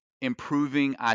improving